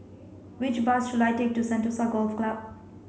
which bus should I take to Sentosa Golf Club